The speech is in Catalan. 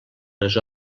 les